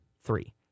three